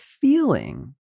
feeling